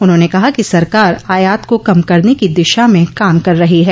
उन्होंने कहा कि सरकार आयात को कम करने की दिशा में काम कर रही है